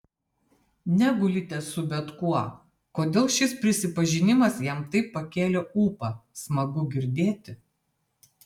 negulite su bet kuo kodėl šis prisipažinimas jam taip pakėlė ūpą smagu girdėti